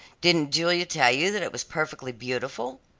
didn't julia tell you that it was perfectly beautiful?